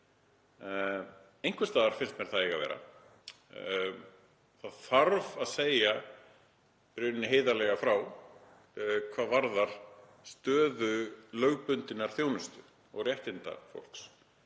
einhvers staðar finnst mér það eiga að vera. Það þarf að segja heiðarlega frá hvað varðar stöðu lögbundinnar þjónustu og réttinda fólks.